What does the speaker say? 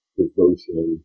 devotion